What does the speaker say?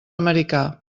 americà